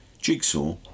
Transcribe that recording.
Jigsaw